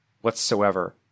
whatsoever